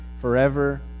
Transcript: forever